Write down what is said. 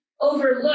overlook